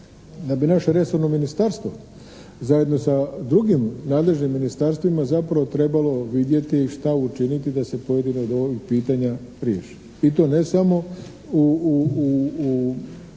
da bi naše resorno ministarstvo zajedno sa drugim nadležnim ministarstvima zapravo trebalo vidjeti šta učiniti da se pojedina od ovih pitanja riješe i to ne samo u